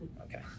Okay